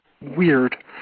weird